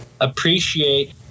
appreciate